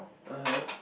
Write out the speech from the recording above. (uh huh)